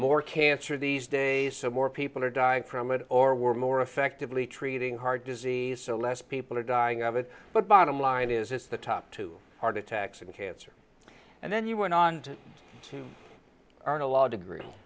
more cancer these days so more people are dying from it or we're more effectively treating heart disease so less people are dying of it but bottom line is it's the top two heart attacks and cancer and then you went on to earn a law